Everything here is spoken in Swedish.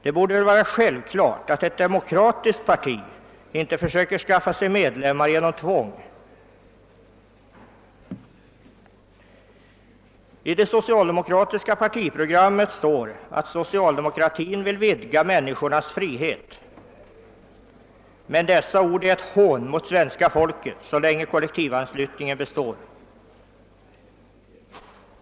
Det borde ju vara självklart att ett demokratiskt parti inte försöker skaffa sig medlemmar genom tvång. I det socialdemokratiska partiprogrammet står att »socialdemokratin vill vidga människornas frihet». Dessa ord är ett hån mot det svenska folket så länge kollektivanslutningen består.